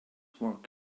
work